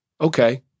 okay